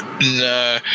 No